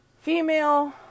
female